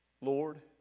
Lord